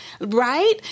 right